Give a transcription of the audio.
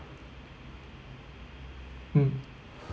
mm